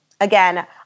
Again